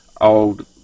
old